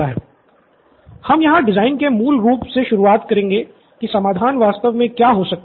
student Nitin हम यहाँ design के मूल रूप से शुरुआत करेंगे कि समाधान वास्तव में क्या हो सकता है